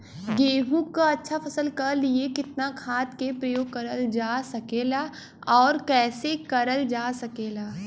गेहूँक अच्छा फसल क लिए कितना खाद के प्रयोग करल जा सकेला और कैसे करल जा सकेला?